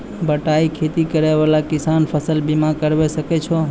बटाई खेती करै वाला किसान फ़सल बीमा करबै सकै छौ?